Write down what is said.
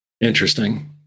Interesting